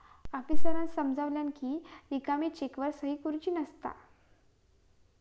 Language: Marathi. आफीसरांन समजावल्यानं कि रिकामी चेकवर सही करुची नसता